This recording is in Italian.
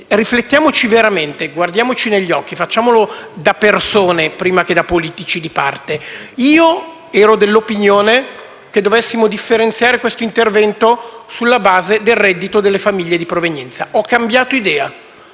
riflettiamo veramente, guardiamoci negli occhi, facciamolo da persone prima che da politici di parte. Io ero dell'opinione che dovessimo differenziare questo intervento sulla base del reddito delle famiglie di provenienza; ho cambiato idea,